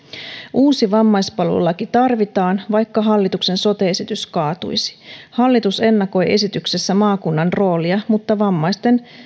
uusi vammaispalvelulaki tarvitaan vaikka hallituksen sote esitys kaatuisi hallitus ennakoi esityksessä maakunnan roolia mutta vammaisten